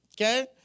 Okay